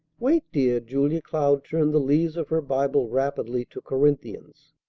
wait, dear! julia cloud turned the leaves of her bible rapidly to corinthians.